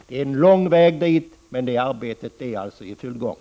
Det är en lång väg dit, men arbetet är alltså i full gång.